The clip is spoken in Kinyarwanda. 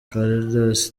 carlos